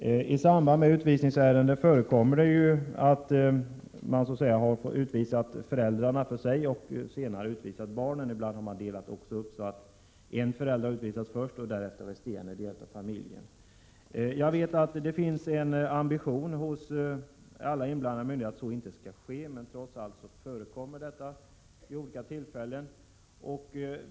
I utvisningsärenden förekommer det att föräldrarna har utvisats för sig och att man sedan har utvisat barnen. Ibland har en förälder utvisats först och därefter övriga familjemedlemmar. Jag vet att det finns en ambition hos alla myndigheter att så inte skall ske, men det gör det trots allt vid olika tillfällen.